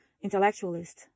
intellectualist